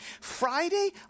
Friday